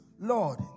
Lord